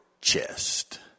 chest